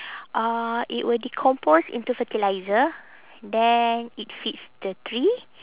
uh it will decompose into fertiliser then it feeds the tree